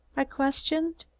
i questioned.